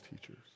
teachers